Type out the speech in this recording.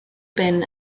ben